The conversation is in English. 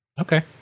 Okay